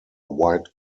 white